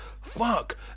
fuck